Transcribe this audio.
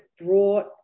brought